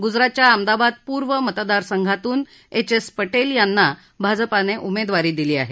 गुजरातच्या अहमदाबाद पूर्व मतदारसंघातून एच एस पटेल यांना भाजपाने उमेदवारी दिली आहे